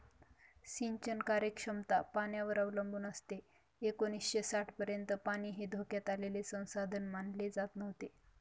सिंचन कार्यक्षमता पाण्यावर अवलंबून असते एकोणीसशे साठपर्यंत पाणी हे धोक्यात आलेले संसाधन मानले जात नव्हते